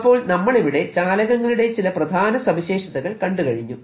അപ്പോൾ നമ്മളിവിടെ ചാലകങ്ങളുടെ ചില പ്രധാന സവിശേഷതകൾ കണ്ടു കഴിഞ്ഞു